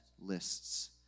lists